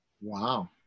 Wow